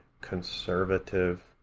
conservative